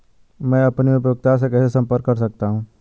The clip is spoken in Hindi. मैं अपनी उपयोगिता से कैसे संपर्क कर सकता हूँ?